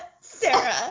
Sarah